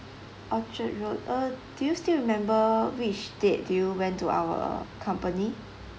orchard road uh do you still remember which date do you went to our company